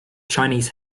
chinese